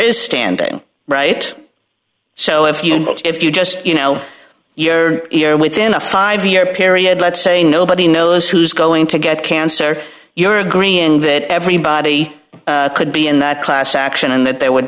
is standing right so if you if you just you know your ear within a five year period let's say nobody knows who's going to get cancer you're agreeing that everybody could be in that class action and that they would